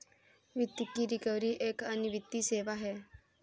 वित्त की रिकवरी एक अन्य वित्तीय सेवा है